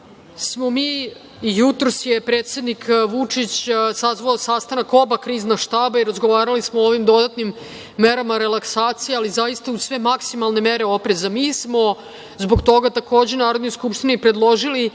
na 6%.Jutros je predsednik Vučić sazvao sastanak oba krizna štaba i razgovarali smo o ovim dodatnim merama relaksacije, ali zaista uz sve maksimalne mere opreza. Mi smo zbog toga takođe Narodnoj Skupštini predložili